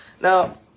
Now